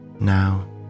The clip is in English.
Now